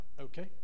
okay